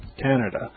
Canada